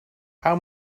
how